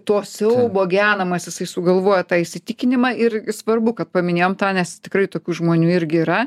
to siaubo genamas jisai sugalvojo tą įsitikinimą ir svarbu kad paminėjom tą nes tikrai tokių žmonių irgi yra